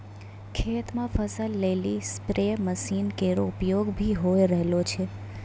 खेत म फसल लेलि स्पेरे मसीन केरो उपयोग भी होय रहलो छै